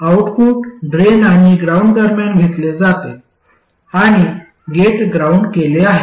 output drain आणि ground दरम्यान घेतले जाते आणि गेट ग्राउंड केले आहे